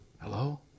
Hello